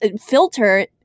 filter